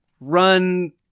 run